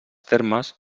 termes